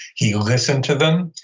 he listened to them,